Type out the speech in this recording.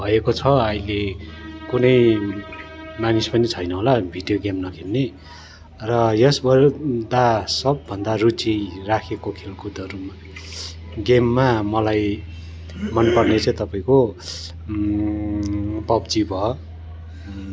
भएको छ अहिले कुनै मानिस पनि छैन होला भिडियो गेम नखेल्ने र यस सबभन्दा रुचि राखेको खेलकुदहरूमा गेममा मलाई मनपर्ने चाहिँ तपाईँको पब्जी भयो